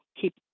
keep